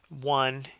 one